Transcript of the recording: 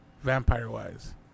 vampire-wise